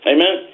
Amen